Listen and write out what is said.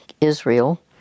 Israel